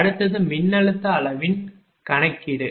அடுத்தது மின்னழுத்த அளவின் கணக்கீடு